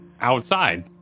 outside